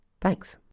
Thanks